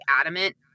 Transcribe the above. adamant